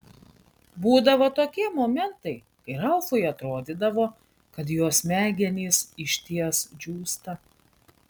būdavo tokie momentai kai ralfui atrodydavo kad jo smegenys išties džiūsta